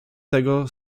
tego